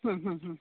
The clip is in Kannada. ಹ್ಞೂ ಹ್ಞೂ ಹ್ಞೂ